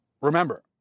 Remember